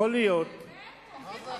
יכול להיות, באמת?